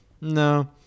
no